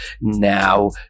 now